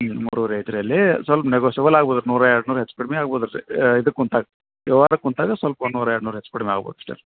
ಹ್ಞೂ ಮೂರೂವರೆ ಐತಿ ರೀ ಅಲ್ಲಿ ಸ್ವಲ್ಪ ನೆಗೋಶಿಯೆಬಲ್ ಆಗ್ಬೋದು ರೀ ನೂರು ಎರಡು ನೂರು ಹೆಚ್ಚು ಕಡ್ಮೆ ಆಗ್ಬೌದು ಇದಕ್ಕೆ ಕುಂತಾಗ ವ್ಯವಹಾರಕ್ ಕೂತಾಗ ಸ್ವಲ್ಪ ನೂರು ಎರಡು ನೂರು ಹೆಚ್ಚು ಕಡ್ಮೆ ಆಗ್ಬೌದು ಅಷ್ಟೇ ರಿ